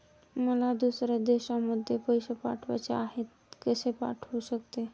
मला दुसऱ्या देशामध्ये पैसे पाठवायचे आहेत कसे पाठवू शकते?